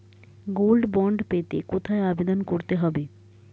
Gold bond পেতে কোথায় আবেদন করতে হবে?